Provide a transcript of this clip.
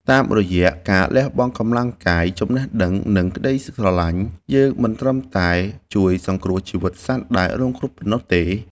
តាមរយៈការលះបង់កម្លាំងកាយ ចំណេះដឹង និងក្តីស្រឡាញ់ យើងមិនត្រឹមតែជួយសង្គ្រោះជីវិតសត្វដែលរងគ្រោះប៉ុណ្ណោះទេ។